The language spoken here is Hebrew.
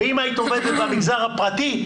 ואם היית עובדת במגזר הפרטי,